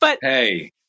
hey